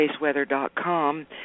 spaceweather.com